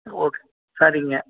okay சரிங்க